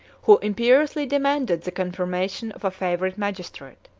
who imperiously demanded the confirmation of a favorite magistrate.